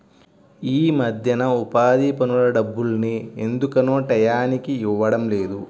యీ మద్దెన ఉపాధి పనుల డబ్బుల్ని ఎందుకనో టైయ్యానికి ఇవ్వడం లేదు